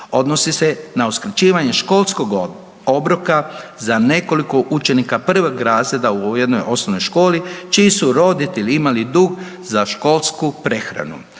Odnosi se na uskraćivanje školskog obroka za nekoliko učenika prvog razreda u jednoj osnovnoj školi, čiji su roditelji imali dug za školsku prehranu.